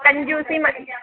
कंजूसी मत